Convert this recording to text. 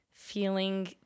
feeling